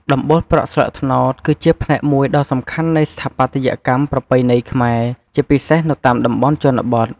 ដំបូលប្រក់ស្លឹកត្នោត គឺជាផ្នែកមួយដ៏សំខាន់នៃស្ថាបត្យកម្មប្រពៃណីខ្មែរ ជាពិសេសនៅតាមតំបន់ជនបទ។